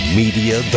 media